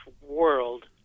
World